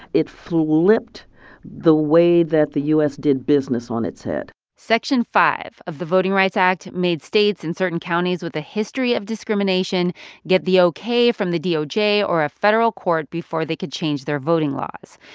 it flipped the way that the u s. did business on its head section five of the voting rights act made states and certain counties with a history of discrimination get the ok from the doj or a federal court before they could change their voting laws.